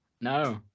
No